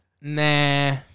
Nah